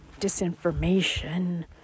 disinformation